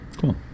Cool